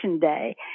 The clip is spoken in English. Day